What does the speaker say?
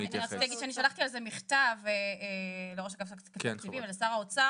אני רציתי להגיד שאני שלחתי על זה מכתב לראש אגף תקציבים ולשר האוצר